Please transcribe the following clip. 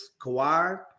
Kawhi